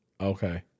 Okay